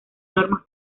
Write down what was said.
normas